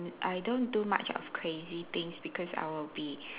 mm I don't do much of crazy things because I will be